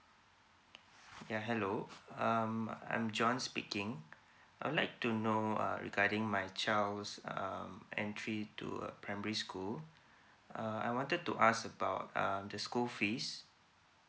ya hello um I'm john speaking I would like to know uh regarding my child's um entry to uh primary school uh I wanted to ask about um the school fees